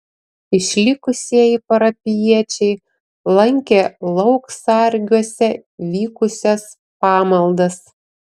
išlikusieji parapijiečiai lankė lauksargiuose vykusias pamaldas